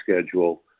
schedule